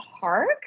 park